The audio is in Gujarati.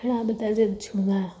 ઘણા બધા જે જૂના